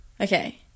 Okay